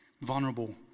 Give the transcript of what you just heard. vulnerable